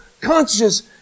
conscious